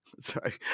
sorry